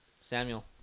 Samuel